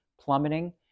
plummeting